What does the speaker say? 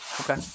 Okay